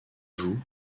joug